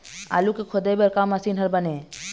आलू के खोदाई बर का मशीन हर बने ये?